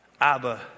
Abba